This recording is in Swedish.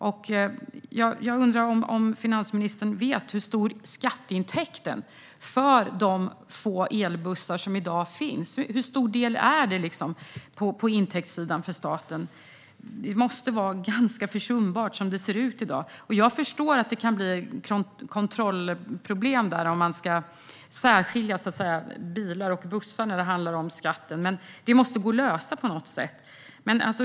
Jag undrar om finansministern vet hur stor skatteintäkten är för de få elbussar som i dag finns. Hur stor del är det på intäktssidan för staten? Det måste vara ganska försumbart som det ser ut i dag. Jag förstår att det kan bli kontrollproblem där om man ska särskilja bilar och bussar när det handlar om skatten, men det måste gå att lösa på något sätt.